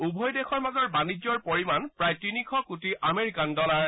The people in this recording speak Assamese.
উভয় দেশৰ মাজৰ বাণিজ্যৰ পৰিমাণ প্ৰায় তিনিশ কোটি আমেৰিকান ডলাৰ